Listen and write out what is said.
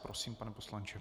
Prosím, pane poslanče.